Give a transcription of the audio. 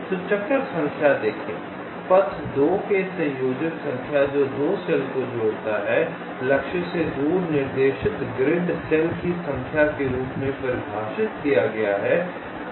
तो चक्कर संख्या देखें पथ 2 के संयोजक संख्या जो 2 सेल को जोड़ता है लक्ष्य से दूर निर्देशित ग्रिड सेल की संख्या के रूप में परिभाषित किया गया है